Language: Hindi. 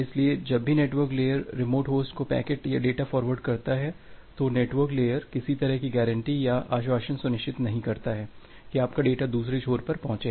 इसलिए जब भी नेटवर्क लेयर रिमोट होस्ट को पैकेट या डेटा फ़ॉर्वर्ड करता है तो नेटवर्क लेयर किसी तरह की गारंटी या आश्वासन सुनिश्चित नहीं करता है कि आपका डेटा दूसरे छोर पर पहुंचेगा